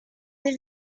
des